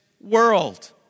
world